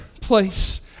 place